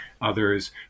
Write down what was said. others